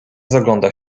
zagląda